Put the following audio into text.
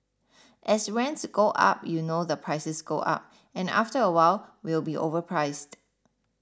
as rents go up you know the prices go up and after a while we'll be overpriced